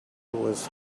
was